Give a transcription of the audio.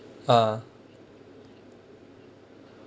uh